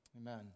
Amen